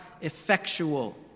effectual